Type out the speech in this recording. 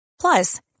Plus